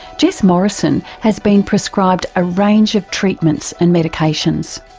jess morrison has been prescribed a range of treatments and medications.